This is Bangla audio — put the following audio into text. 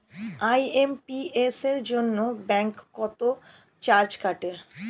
আই.এম.পি.এস এর জন্য ব্যাংক কত চার্জ কাটে?